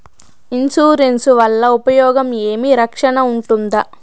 Insurance వల్ల ఉపయోగం ఏమి? రక్షణ ఉంటుందా?